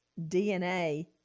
DNA